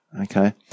Okay